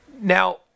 Now